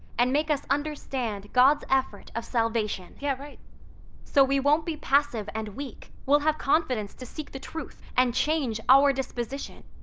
and make us understand god's effort of salvation. yeah so we won't be passive and weak. we'll have confidence to seek the truth and change our disposition.